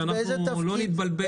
שאנחנו לא נתבלבל פה.